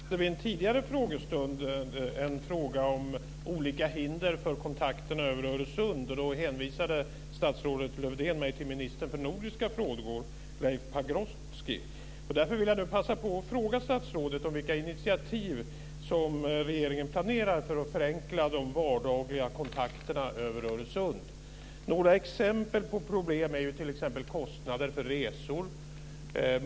Fru talman! Vid en tidigare frågestund ställde jag en fråga om olika hinder för kontakterna över Öresund. Då hänvisade statsrådet Lövdén mig till ministern för nordiska frågor Leif Pagrotsky. Därför vill jag passa på att fråga statsrådet om vilka initiativ som regeringen planerar för att förenkla de vardagliga kontakterna över Öresund. Några exempel på problem är t.ex. kostnader för resor.